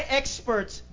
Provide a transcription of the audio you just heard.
experts